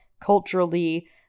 culturally